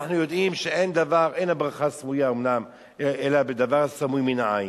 אנחנו יודעים שאין הברכה מצויה אומנם אלא בדבר הסמוי מן העין,